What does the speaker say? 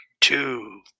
two